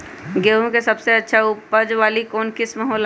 गेंहू के सबसे अच्छा उपज वाली कौन किस्म हो ला?